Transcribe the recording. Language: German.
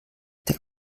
der